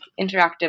interactive